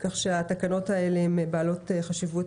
כך שהתקנות האלה הן בעלות חשיבות